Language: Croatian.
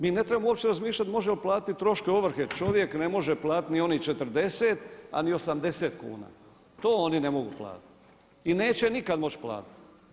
Mi ne trebamo uopće razmišljati može li platiti troškove ovrhe čovjek ne može platiti ni onih 40, a ni 80 kuna, to oni ne mogu platiti i neće nikada moći platiti.